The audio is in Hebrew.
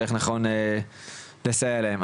ואיך נכון לסייע להם.